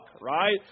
right